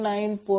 4 3